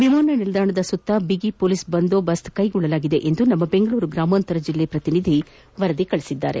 ವಿಮಾನ ನಿಲ್ದಾಣದ ಸುತ್ತ ಬಿಗಿ ಪೊಲೀಸ್ ಬಂದೋಬಸ್ತ್ ಕೈಗೊಳ್ಳಲಾಗಿದೆ ಎಂದು ನಮ್ಮ ಬೆಂಗಳೂರು ಗ್ರಾಮಾಂತರ ಜಿಲ್ಲೆಯ ಪ್ರತಿನಿಧಿ ವರದಿ ಮಾಡಿದ್ದಾರೆ